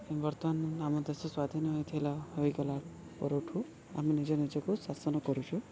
ବର୍ତ୍ତମାନ ଆମ ଦେଶ ସ୍ଵାଧୀନ ହୋଇଥିଲା ହୋଇଗଲା ପରଠୁ ଆମେ ନିଜ ନିଜକୁ ଶାସନ କରୁଛୁ